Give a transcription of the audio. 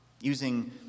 Using